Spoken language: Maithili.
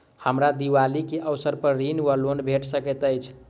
हमरा दिपावली केँ अवसर पर ऋण वा लोन भेट सकैत अछि?